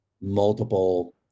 multiple